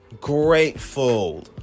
Grateful